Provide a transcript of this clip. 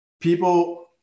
people